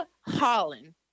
Holland